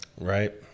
right